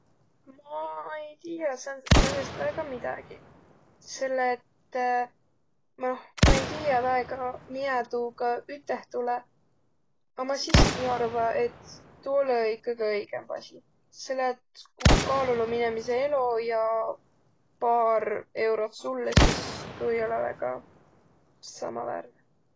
Ma ei tiiä säändsest as'ast väega midägiq, selle et noh ma-i tiiä väega, miä tuugaq üteh tulõ. A ma siski arva, et tuu olõ-i kõgõ õigõmb asi, selle et ku kaalul om inemise elo ja paar eurot sullõ, sis tuu ei olõ väega samaväärne.